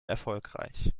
erfolgreich